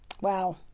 Wow